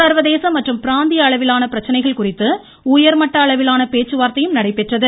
சர்வதேச மற்றும் பிராந்திய அளவிலான பிரச்சனைகள் குறித்து உயர்மட்ட அளவிலான பேச்சுவார்த்தையும் நடைபெற்றது